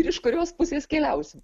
ir iš kurios pusės keliausim